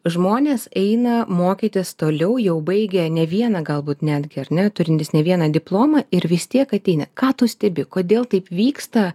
žmonės eina mokytis toliau jau baigę ne vieną galbūt netgi ar ne turintys ne vieną diplomą ir vis tiek ateina ką tu stebi kodėl taip vyksta